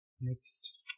Next